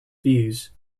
views